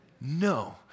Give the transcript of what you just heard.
No